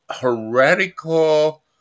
heretical